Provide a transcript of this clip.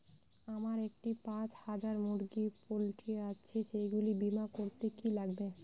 আমার একটি পাঁচ হাজার মুরগির পোলট্রি আছে সেগুলি বীমা করতে কি লাগবে?